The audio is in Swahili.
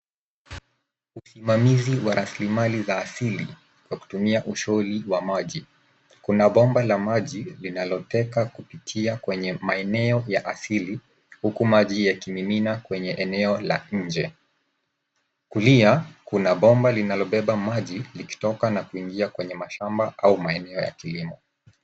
Usimamizi wa rasilimali za asili ukitumia usholi wa maji. Kuna bomba la maji linaloteka kupitia kwenye maeneo ya asili huku maji yakimimina kwenye eneo la nje. Kulia, kuna bomba linalobeba maji likitoka na kuingia kwenye mashamba au maeneo ya kilimo.